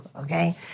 Okay